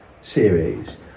series